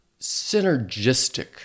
synergistic